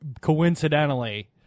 coincidentally